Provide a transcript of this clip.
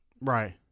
Right